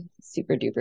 super-duper